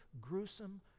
gruesome